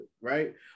right